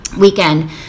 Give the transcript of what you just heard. weekend